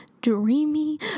dreamy